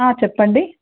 చెప్పండి